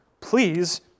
please